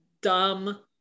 dumb